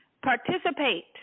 participate